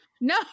No